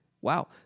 Wow